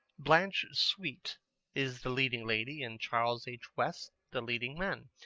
blanche sweet is the leading lady, and charles h. west the leading man.